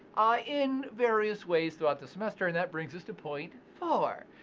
in various ways throughout the semester. and that brings us to point four.